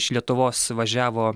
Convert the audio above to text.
iš lietuvos važiavo